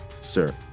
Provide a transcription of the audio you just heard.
Sir